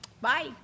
bye